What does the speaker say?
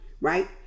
right